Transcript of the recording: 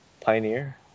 pioneer